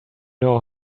know